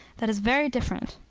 that is very different.